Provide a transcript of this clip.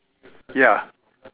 ya